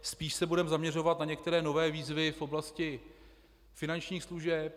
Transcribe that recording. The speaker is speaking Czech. Spíš se budeme zaměřovat na některé nové výzvy v oblasti finančních služeb.